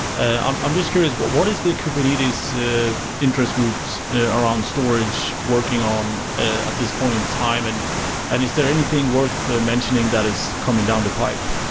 um i'm just curios, what what is the kubernetes ah interest groups around storage working on at this point time and and is there anything worth mentioning that is coming down the pipe?